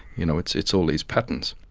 you know it's it's all these patterns.